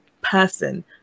person